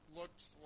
looks